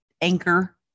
anchor